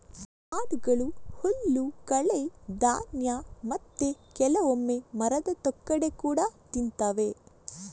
ಆಡುಗಳು ಹುಲ್ಲು, ಕಳೆ, ಧಾನ್ಯ ಮತ್ತೆ ಕೆಲವೊಮ್ಮೆ ಮರದ ತೊಗಟೆ ಕೂಡಾ ತಿಂತವೆ